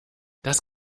das